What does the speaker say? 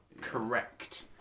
Correct